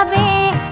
a